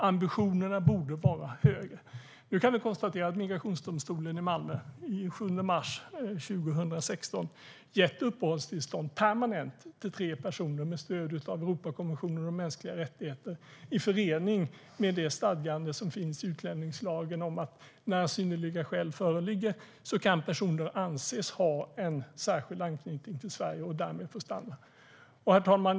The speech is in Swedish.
Ambitionerna borde vara högre. Nu kan vi konstatera att migrationsdomstolen i Malmö den 7 mars 2016 gett permanent uppehållstillstånd till tre personer med stöd av Europakonventionen om mänskliga rättigheter, i förening med de stadganden som finns i utlänningslagen om att när synnerliga skäl föreligger kan personer anses ha en särskild anknytning till Sverige och därmed få stanna. Herr talman!